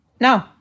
no